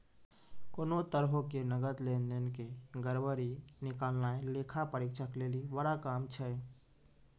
कोनो तरहो के नकद लेन देन के गड़बड़ी निकालनाय लेखा परीक्षक लेली बड़ा काम छै